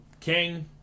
King